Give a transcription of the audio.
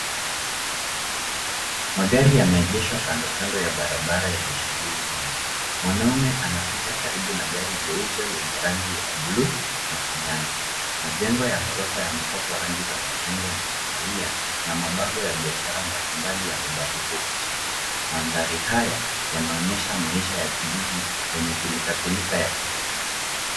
Magari yameegeshwa kando kando ya barabara yenye shughuli mingi, mwanaume ana pita gari jeupe lenye rangi ya bluu na kijani, majengo ya ghorofa yamepakwa rangi ya machungwa na kahawia na mabango ya biashara mbalimbali yamebandikwa ukutani, mandhari haya yanaoesha maisha ya jiji yenye pilka pilka ya kila siku.